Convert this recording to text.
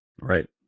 Right